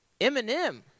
Eminem